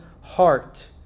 heart